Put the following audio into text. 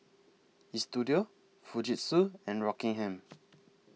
Istudio Fujitsu and Rockingham